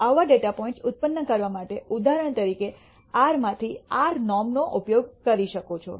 આવા data points ઉત્પન્ન કરવા માટે ઉદાહરણ તરીકે r માં rrnorm નો ઉપયોગ કરી શકો છો